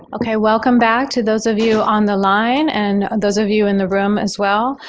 ok. welcome back to those of you on the line and those of you in the room as well.